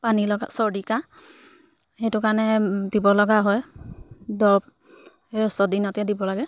পানী লগা চৰ্দি কাহ সেইটো কাৰণে দিব লগা হয় দৰৱ ছদিনতে দিব লাগে